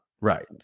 Right